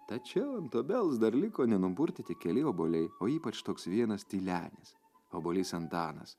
tačiau ant obels dar liko nenupurtyti keli obuoliai o ypač toks vienas tylenis obuolys antanas